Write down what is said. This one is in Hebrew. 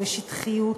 בשטחיות,